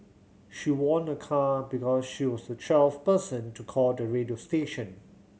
she won a car because she was the twelfth person to call the radio station